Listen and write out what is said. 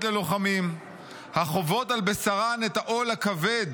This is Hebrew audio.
ללוחמים החוות על בשרן את העול הכבד"